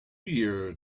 year